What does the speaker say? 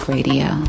Radio